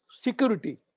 security